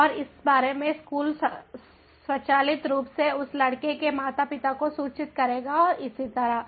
और इस के बारे में स्कूल स्वचालित रूप से उस लड़के के माता पिता को सूचित करेगा और इसी तरह